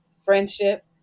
friendship